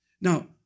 Now